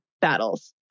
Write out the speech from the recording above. battles